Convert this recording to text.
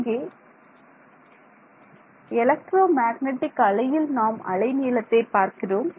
இங்கே electromagnetic அலையில் நாம் அலை நீளத்தை பார்க்கிறோம்